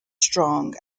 strong